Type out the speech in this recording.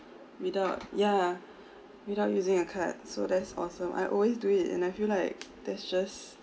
without yeah without using a card so that's awesome I always do it and I feel like that's just